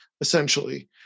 essentially